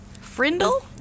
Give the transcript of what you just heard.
frindle